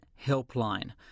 Helpline